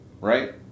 right